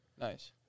Nice